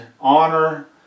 honor